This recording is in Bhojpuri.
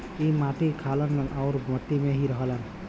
ई मट्टी खालन आउर मट्टी में ही रहलन